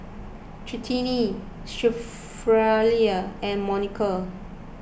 and Monica